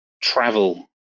travel